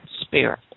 spirit